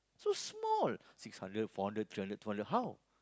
so small six hundred four hundred three hundred two hundred how